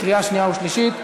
קריאה שנייה ושלישית.